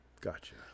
Gotcha